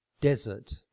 Desert